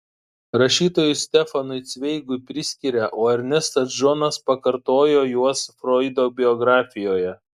rašytojui stefanui cveigui priskiria o ernestas džonas pakartojo juos froido biografijoje